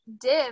div